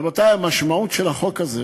רבותי, המשמעות של החוק הזה